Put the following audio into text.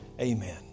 amen